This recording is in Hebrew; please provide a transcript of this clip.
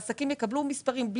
העסקים יקבלו מספרים,